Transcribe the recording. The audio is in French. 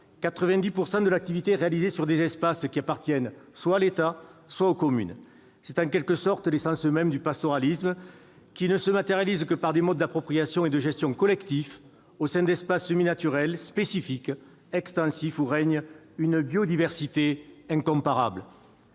cette activité s'exerce à 90 % sur des espaces qui appartiennent soit à l'État, soit aux communes. C'est en quelque sorte l'essence même du pastoralisme, qui se matérialise par des modes d'appropriation et de gestion collectifs au sein d'espaces semi-naturels spécifiques extensifs, où règne une biodiversité incomparable.